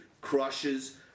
crushes